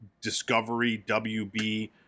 Discovery-WB